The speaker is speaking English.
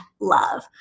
love